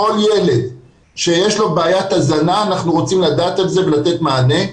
כל ילד שיש לו בעיית הזנה אנחנו רוצים לדעת על זה ולתת מענה,